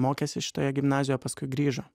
mokėsi šitoje gimnazijoj o paskui grįžo